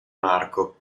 marco